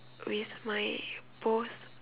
with my both